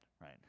right